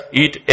eat